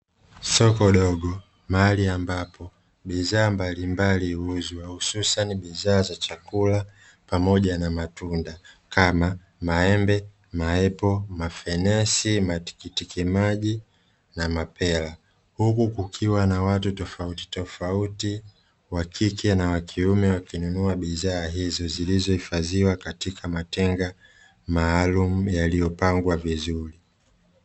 Soko dogo, mahali ambapo bidhaa mbalimbali huuzwa hususani bidhaa za chakula pamoja na matunda kama maembe, maaepo, mafenesi, matikiti maji na mapera, huku kukiwa na watu tofautitofauti wa kike na wa kiume wakinunua bidhaa hizo zilizohifadhiwa katika matenga maalumu yaliyopangwa vizuri.